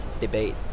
debate